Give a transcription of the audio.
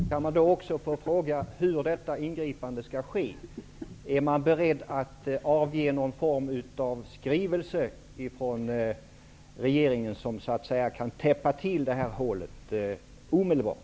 Herr talman! Det var ett precist svar. Kan jag också få fråga hur detta ingripande skall ske? Är regeringen beredd att avge någon form av skrivelse som så att säga kan täppa till detta hål omedelbart?